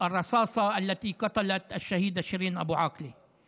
הכדור אשר הרג את השהידה שירין אבו עאקלה,